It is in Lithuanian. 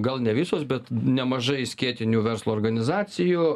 gal ne visos bet nemažai skėtinių verslo organizacijų